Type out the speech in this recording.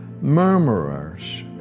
murmurers